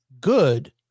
good